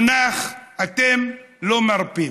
אתם לא מרפים.